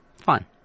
Fine